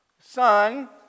Son